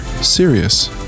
serious